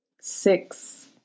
six